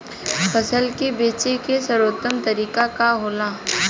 फसल के बेचे के सर्वोत्तम तरीका का होला?